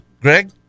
Greg